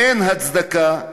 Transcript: אין הצדקה,